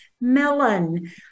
melon